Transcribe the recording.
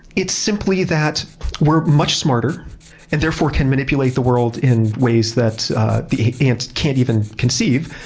it's simply that we're much smarter and therefore can manipulate the world in ways that the ants can't even conceive,